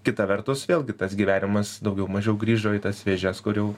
kita vertus vėlgi tas gyvenimas daugiau mažiau grįžo į tas vėžes kur jau